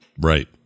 Right